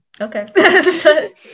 okay